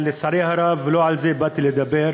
אבל, לצערי הרב, לא על זה באתי לדבר.